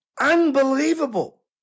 Unbelievable